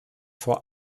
vor